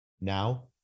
Now